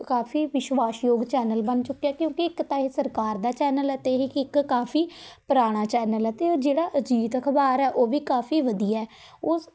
ਕਾਫੀ ਵਿਸ਼ਵਾਸ਼ ਯੋਗ ਚੈਨਲ ਬਣ ਚੁੱਕਿਆ ਹੈ ਕਿਉਂਕਿ ਇੱਕ ਤਾਂ ਇਹ ਸਰਕਾਰ ਦਾ ਚੈਨਲ ਹੈ ਅਤੇ ਇਹ ਕੀ ਇੱਕ ਕਾਫੀ ਪੁਰਾਣਾ ਚੈਨਲ ਹੈ ਅਤੇ ਉਹ ਜਿਹੜਾ ਅਜੀਤ ਅਖ਼ਬਾਰ ਹੈ ਉਹ ਵੀ ਕਾਫੀ ਵਧੀਆ ਉਹ